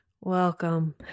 Welcome